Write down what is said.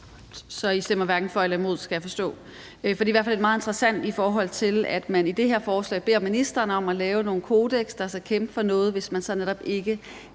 Så I stemmer hverken for eller imod, skal jeg forstå. For det er i hvert fald meget interessant, i forhold til at man i det her forslag beder ministeren om at lave nogle kodekser, der skal kæmpe for noget, hvis man så netop ikke